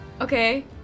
Okay